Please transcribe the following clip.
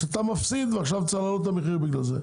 שאתה מפסיד ועכשיו צריך להעלות את המחיר בגלל זה.